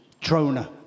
Trona